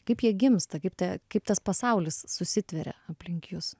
kaip jie gimsta kaip tie kaip tas pasaulis susitveria aplink jus